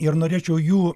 ir norėčiau jų